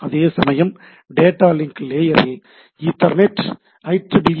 அதேசமயம் Refer Time 2301 data லிங்க்லேயரில் ethernet IEEE 802